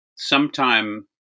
sometime